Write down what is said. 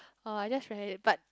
oh I just realize but